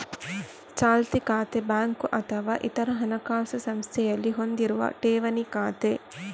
ಚಾಲ್ತಿ ಖಾತೆ ಬ್ಯಾಂಕು ಅಥವಾ ಇತರ ಹಣಕಾಸು ಸಂಸ್ಥೆಯಲ್ಲಿ ಹೊಂದಿರುವ ಠೇವಣಿ ಖಾತೆ